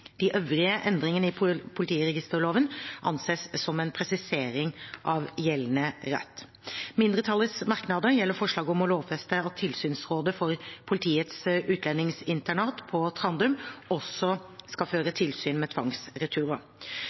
De øvrige endringene i politiregisterloven anses som en presisering av gjeldende rett. Mindretallets merknader gjelder forslaget om å lovfeste at Tilsynsrådet for politiets utlendingsinternat på Trandum også skal føre tilsyn med tvangsreturer.